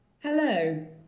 Hello